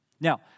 Now